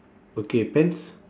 okay pants